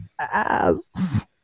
ass